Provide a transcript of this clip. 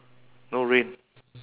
no rain